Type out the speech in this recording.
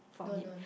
don't don't